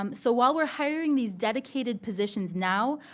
um so, while we're hiring these dedicated positions now,